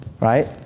right